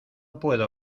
puedo